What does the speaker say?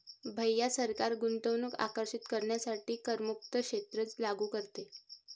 भैया सरकार गुंतवणूक आकर्षित करण्यासाठी करमुक्त क्षेत्र लागू करते